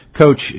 Coach